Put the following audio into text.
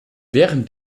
während